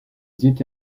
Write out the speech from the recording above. étaient